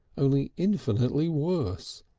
only infinitely worse.